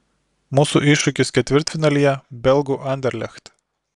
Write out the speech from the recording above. mūsų iššūkis ketvirtfinalyje belgų anderlecht